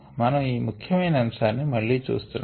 మనము ఈ ముఖ్యమైన అంశాన్ని మళ్ళీ చూస్తున్నాము